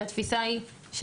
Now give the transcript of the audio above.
שהתפיסה היא,